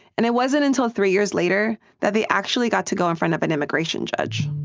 and it wasn't until three years later that they actually got to go in front of an immigration judge.